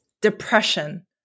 depression